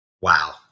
Wow